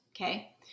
okay